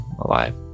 alive